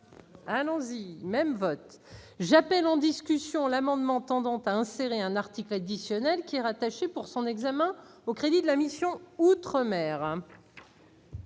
j'appelle en discussion l'amendement tendant à insérer un article additionnel, qui est rattachée, pour son examen au crédit de la mission outre-mer.